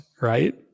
right